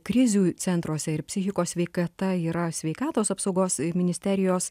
krizių centruose ir psichikos sveikata yra sveikatos apsaugos ministerijos